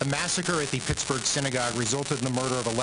בהתבסס על לשכת הסטטיסטיקה מ-1,600